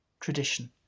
tradition